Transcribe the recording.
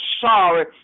sorry